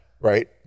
right